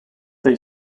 they